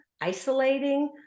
isolating